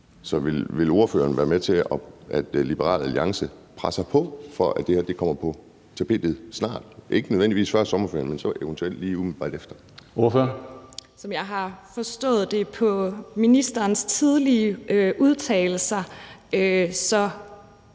Så vil ordføreren være med til, at Liberal Alliance presser på for, at det her kommer på tapetet snart – ikke nødvendigvis før sommerferien, men så eventuelt lige umiddelbart efter? Kl. 10:46 Tredje næstformand (Karsten Hønge): Ordføreren.